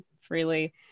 freely